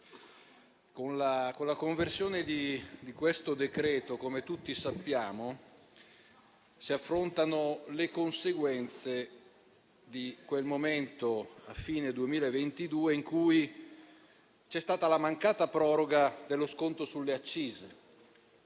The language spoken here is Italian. con la conversione in legge di questo decreto-legge - come tutti sappiamo - si affrontano le conseguenze di quel momento, a fine 2022, in cui c'è stata la mancata proroga dello sconto sulle accise.